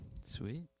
sweet